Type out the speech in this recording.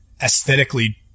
aesthetically